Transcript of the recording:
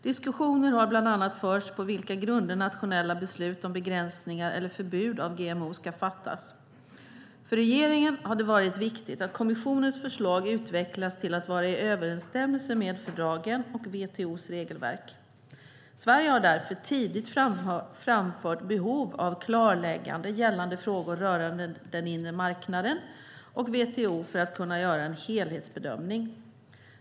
Diskussioner har bland annat förts på vilka grunder nationella beslut om begränsningar eller förbud av GMO ska fattas. För regeringen har det varit viktigt att kommissionens förslag utvecklas till att vara i överrensstämmelse med fördragen och WTO:s regelverk. Sverige har därför tidigt framfört behov av klarlägganden gällande frågor rörande den inre marknaden och WTO för att kunna göra en helhetsbedömning.